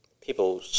people